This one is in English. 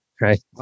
right